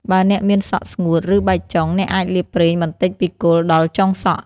បើអ្នកមានសក់ស្ងួត ឬបែកចុង អ្នកអាចលាបប្រេងបន្តិចពីគល់ដល់ចុងសក់។